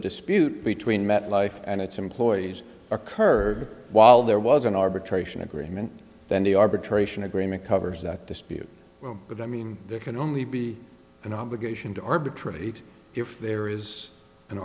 dispute between met life and its employees occurred while there was an arbitration agreement then the arbitration agreement covers that dispute but i mean there can only be an obligation to arbitrate if there is an